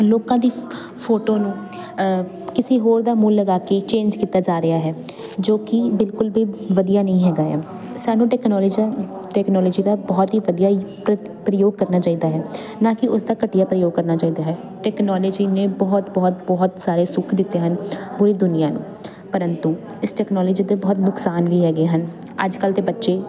ਲੋਕਾਂ ਦੀ ਫੋਟੋ ਨੂੰ ਕਿਸੇ ਹੋਰ ਦਾ ਮੂੰਹ ਲਗਾ ਕੇ ਚੇਂਜ ਕੀਤਾ ਜਾ ਰਿਹਾ ਹੈ ਜੋ ਕੀ ਬਿਲਕੁਲ ਵੀ ਵਧੀਆ ਨਹੀਂ ਹੈਗਾ ਐ ਸਾਨੂੰ ਟੈਕਨੋਲੋਜੀ ਦਾ ਬਹੁਤ ਹੀ ਵਧੀਆ ਪ੍ਰਯੋਗ ਕਰਨਾ ਚਾਹੀਦਾ ਹੈ ਨਾ ਕੀ ਉਸ ਦਾ ਘਟੀਆ ਪ੍ਰਯੋਗ ਕਰਨਾ ਚਾਹੀਦਾ ਹੈ ਟੈਕਨੋਲੋਜੀ ਨੇ ਬਹੁਤ ਬਹੁਤ ਬਹੁਤ ਸਾਰੇ ਸੁਖ ਦਿੱਤੇ ਹਨ ਪੂਰੀ ਦੁਨੀਆ ਨੂੰ ਪਰੰਤੂ ਇਸਨੇ ਟੈਕਨੋਲਜੀ ਤੇ ਬਹੁਤ ਨੁਕਸਾਨ ਵੀ ਹੈਗੇ ਹਨ ਅੱਜ ਕੱਲ ਦੇ ਬੱਚੇ